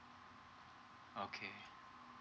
okay